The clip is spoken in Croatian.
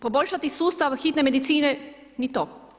Poboljšati sustav hitne medicine ni to.